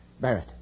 Barrett